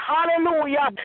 Hallelujah